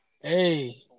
Hey